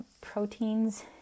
proteins